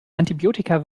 antibiotika